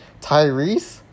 Tyrese